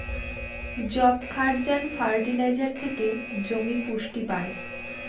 যবক্ষারজান ফার্টিলাইজার থেকে জমি পুষ্টি পায়